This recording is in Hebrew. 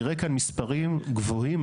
נראה כאן מספרים גבוהים,